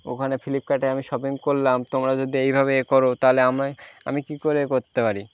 ওখানে ফ্লিপকার্টে আমি শপিং করলাম তোমরা যদি এইভাবে এ করো তাহলে আমি আমি কী করে এ করতে পারি